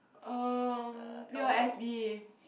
uh p_o_s_b